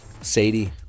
Sadie